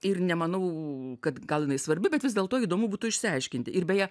ir nemanau kad gal jinai svarbi bet vis dėlto įdomu būtų išsiaiškinti ir beje